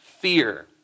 fear